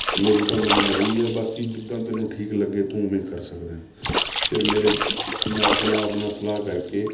ਮੇਰੀ ਤਾਂ ਮੰਨਣਾ ਇਹੀ ਹੈ ਬਾਕੀ ਜਿੱਦਾਂ ਤੈਨੂੰ ਠੀਕ ਲੱਗੇ ਤੂੰ ਉਵੇਂ ਕਰ ਸਕਦਾ ਐਂ ਫਿਰ ਮੇਰੇ ਮੈਂ ਆਪਣੇ ਆਪ ਨਾਲ ਸਲਾਹ ਕਰਕੇ